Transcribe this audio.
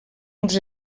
uns